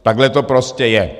Takhle to prostě je.